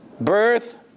birth